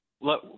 Let